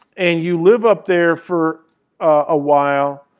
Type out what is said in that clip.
and you live up there for a while,